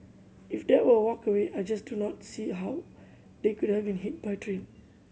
if they were walkway I just do not see how they could have been hit by the train